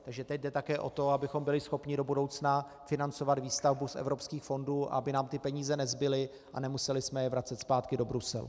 Takže teď jde také o to, abychom byli schopni do budoucna financovat výstavbu z evropských fondů, aby nám peníze nezbyly a nemuseli jsme je vracet zpátky do Bruselu.